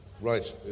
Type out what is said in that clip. right